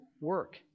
work